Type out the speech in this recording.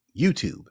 YouTube